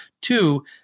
two